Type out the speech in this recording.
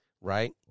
right